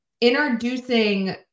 introducing